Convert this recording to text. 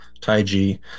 Taiji